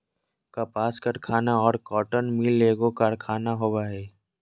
कपास कारखाना और कॉटन मिल एगो कारखाना होबो हइ